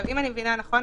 אם אני מבינה נכון,